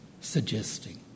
suggesting